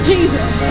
Jesus